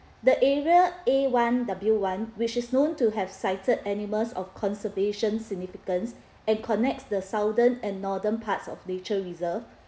the area A one W one which is known to have sighted animals of conservation significance and connects the southern and northern parts of nature reserve